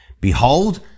behold